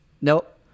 nope